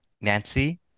Nancy